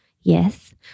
Yes